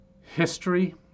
history